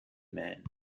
man